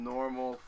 Normal